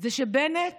זה שבנט